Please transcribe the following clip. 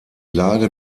lage